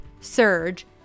surge